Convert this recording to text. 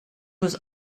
was